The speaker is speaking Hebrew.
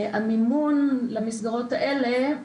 המימון למסגרות האלה,